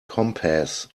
compass